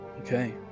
Okay